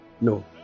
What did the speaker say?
No